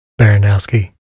Baranowski